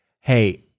Hey